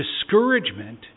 discouragement